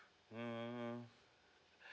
mm